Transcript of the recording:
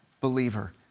believer